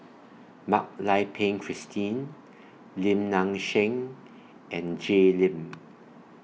Mak Lai Peng Christine Lim Nang Seng and Jay Lim